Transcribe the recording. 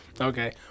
Okay